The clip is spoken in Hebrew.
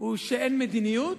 היא שאין מדיניות,